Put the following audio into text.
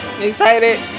Excited